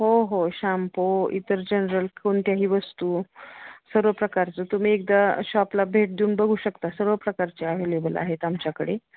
हो हो शाम्पो इतर जनरल कोणत्याही वस्तू सर्व प्रकारचं तुम्ही एकदा शॉपला भेट देऊन बघू शकता सर्व प्रकारचे अवेलेबल आहेत आमच्याकडे